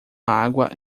água